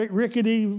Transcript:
rickety